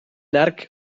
hark